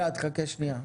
חכה שנייה.